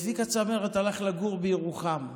צביקה צמרת הלך לגור בירוחם,